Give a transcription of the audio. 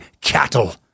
cattle